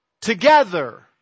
together